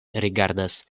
rigardas